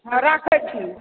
हँ राखै छी